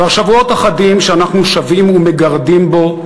כבר שבועות אחדים שאנחנו שבים ומגרדים בו,